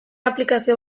aplikazio